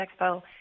expo